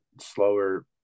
slower –